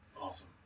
Awesome